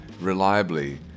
reliably